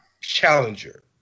challenger